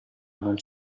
non